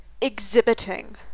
exhibiting